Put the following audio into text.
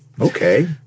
okay